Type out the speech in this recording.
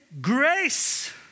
grace